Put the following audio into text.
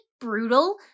brutal